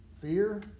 fear